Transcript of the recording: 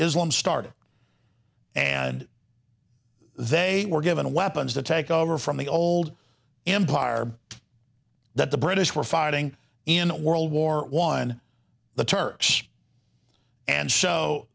islam started and they were given weapons to take over from the old empire that the british were fighting in world war one the turks and s